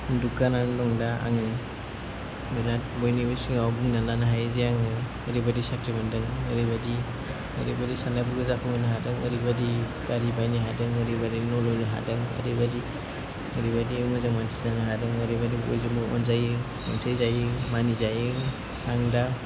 दुगानानै दं दा आङो बिराद बयनिबो सिगाङाव बुंनानै लानो हायो जे आङो ओरैबादि साख्रि मोनदों ओरैबादि ओरै बोरै सान्नायफोरखौ जाफुंहोनो हादों ओरैबादि गारि बायनो हादों ओरैबादि न' लुनो हादों ओरैबादि ओरैबायदि जों मोन्थिहोनो हादों ओरैबायदि बयजोंबो अनजायो अनसायजायो मानिजायो आं दा